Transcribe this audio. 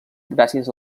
gràcies